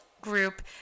group